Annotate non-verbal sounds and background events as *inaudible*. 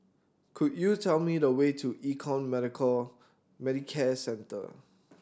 could you tell me the way to Econ *unintelligible* Medicare Centre